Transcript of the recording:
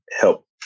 help